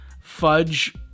fudge